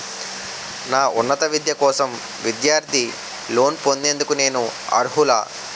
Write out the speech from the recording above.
నా ఉన్నత విద్య కోసం విద్యార్థి లోన్ పొందేందుకు నేను అర్హులా?